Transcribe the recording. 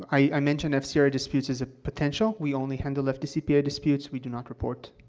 i i mentioned fcra disputes as a potential. we only handle fdcpa disputes we do not report